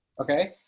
Okay